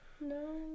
no